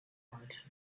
volt